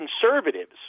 conservatives